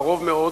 קרוב מאוד,